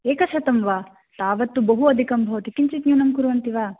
एकशतं वा तावत्तु बहु अधिकं भवति किञ्चित् न्यूनं कुर्वन्ति वा